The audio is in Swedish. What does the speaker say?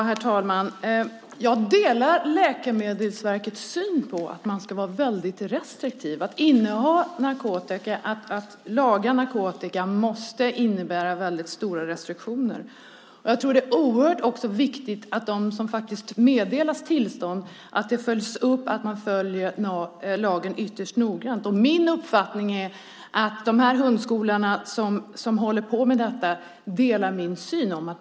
Herr talman! Jag delar Läkemedelsverkets syn att man ska vara väldigt restriktiv. Att inneha narkotika, att lagra narkotika, måste innebära väldigt stora restriktioner. Det är oerhört viktigt att det följs upp att de som faktiskt meddelas tillstånd följer lagen ytterst noggrant. Min uppfattning är att de hundskolor som håller på med detta delar min syn.